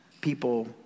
people